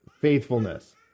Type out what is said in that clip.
faithfulness